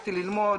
הפסקתי ללמוד,